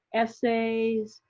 essays,